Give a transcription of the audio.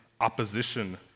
opposition